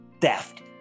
theft